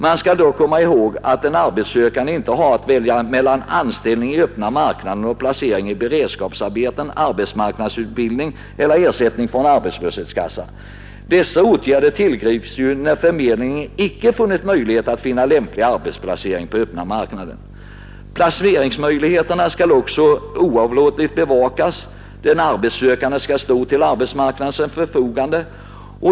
Man bör då komma ihåg att den arbetssökande inte har att välja mellan anställning i öppna marknaden och placering i bered skapsarbeten, arbetsmarknadsutbildning eller ersättning från arbetslöshetskassan. Dessa åtgärder tillgrips ju när förmedlingen icke kunnat finna lämplig arbetsplacering på öppna marknaden. Placeringsmöjligheterna skall också oavlåtligt bevakas, och den arbetssökande skall stå till arbetsmarknadens förfogande.